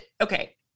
Okay